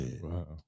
Wow